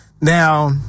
now